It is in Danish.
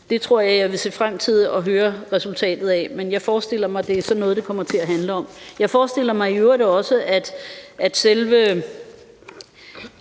Det vil jeg se frem til at høre resultatet af, men jeg forestiller mig, det er sådan noget, det kommer til at handle om. Jeg forestiller mig i øvrigt også, at man er